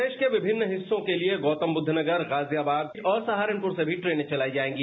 प्रदेश के विभिन्न हिस्सों के लिए गौतमबुद्ध नगर गाजियाबाद और सहारनपुर से भी ट्रेनें चलाई जाएंगी